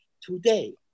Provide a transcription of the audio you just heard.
today